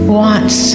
wants